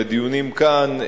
בדיונים כאן,